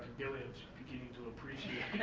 gillian's beginning to appreciate